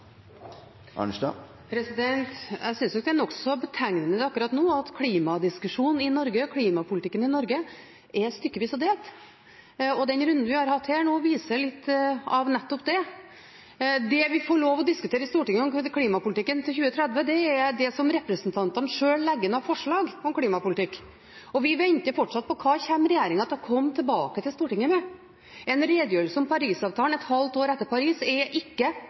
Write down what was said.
nokså betegnende akkurat nå at klimadiskusjonen og klimapolitikken i Norge er stykkevis og delt. Den runden vi har hatt her nå, viser litt av nettopp det. Det vi får lov å diskutere i Stortinget om klimapolitikken til 2030, er det som representantene sjøl legger inn av forslag om klimapolitikk. Vi venter fortsatt på hva regjeringen kommer til å komme tilbake til Stortinget med. En redegjørelse om Paris-avtalen et halvt år etter Paris er ikke